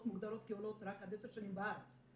מוגדרות כעולות רק עד 10 שנים בארץ,